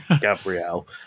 Gabriel